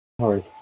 sorry